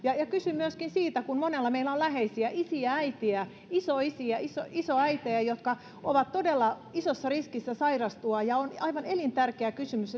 kysyn myöskin siitä että kun monella meillä on läheisiä isiä äitejä isoisiä isoisiä isoäitejä jotka ovat todella isossa riskissä sairastua ja on aivan elintärkeä kysymys